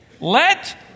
Let